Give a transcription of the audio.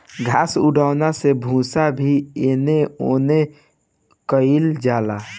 घास उठौना से भूसा भी एने ओने कइल जाला